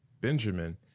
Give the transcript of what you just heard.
benjamin